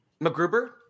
mcgruber